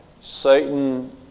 Satan